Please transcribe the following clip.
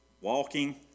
walking